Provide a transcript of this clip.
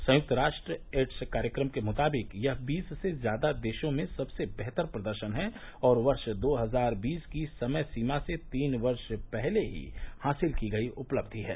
संयुक्त राष्ट्र एड्स कार्यक्रम के मुताबिक यह बीस से ज्यादा देशों में सबसे बेहतर प्रदर्शन है और वर्ष दो हजार बीस की समय सीमा से तीन वर्ष पहले ही हासिल की गयी उपलब्धि है